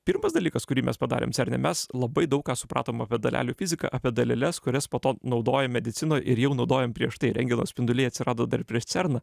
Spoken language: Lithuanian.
pirmas dalykas kurį mes padarėm cerne mes labai daug ką supratom apie dalelių fiziką apie daleles kurias po to naudoja medicinoj ir jau naudojom prieš tai rentgeno spinduliai atsirado dar prieš cerną